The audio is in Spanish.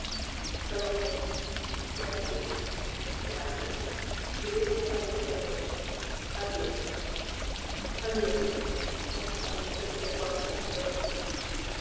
salvador gracias gracias que dios te ampare y te perdone adiós adiós dijo monsalud desde la puerta saliendo rápidamente